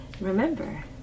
remember